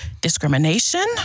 discrimination